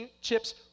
Chip's